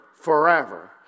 forever